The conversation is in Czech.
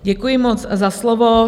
Děkuji moc za slovo.